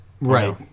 right